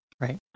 right